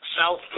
South